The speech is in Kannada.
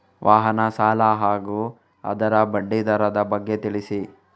ವಾಹನ ಸಾಲ ಹಾಗೂ ಅದರ ಬಡ್ಡಿ ದರದ ಬಗ್ಗೆ ತಿಳಿಸಿ?